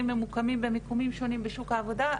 ממוקמים במיקומים שונים בשוק העבודה,